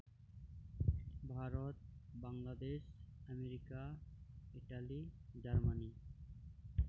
Bharat Bangladesh America Italy Germany